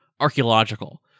Archaeological